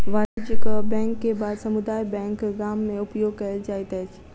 वाणिज्यक बैंक के बाद समुदाय बैंक गाम में उपयोग कयल जाइत अछि